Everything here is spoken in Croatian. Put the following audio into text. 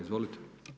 Izvolite.